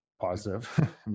Positive